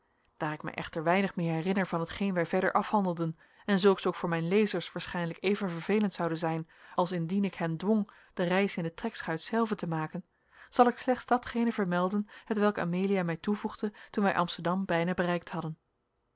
daar ik mij echter weinig meer herinner van hetgeen wij verder afhandelden en zulks ook voor mijn lezers waarschijnlijk even vervelend zoude zijn als indien ik hen dwong de reis in de trekschuit zelve te maken zal ik slechts datgene vermelden hetwelk amelia mij toevoegde toen wij amsterdam bijna bereikt hadden